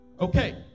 Okay